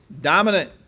dominant